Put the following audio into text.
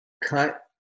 cut